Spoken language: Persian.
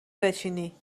بچینی